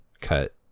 cut